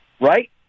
Right